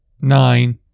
nine